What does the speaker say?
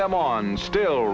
them on still